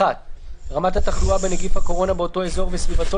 (1)רמת התחלואה בנגיף הקורונה באותו אזור ובסביבתו